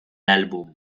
álbum